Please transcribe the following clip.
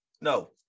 no